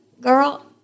girl